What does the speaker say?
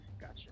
Gotcha